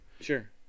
Sure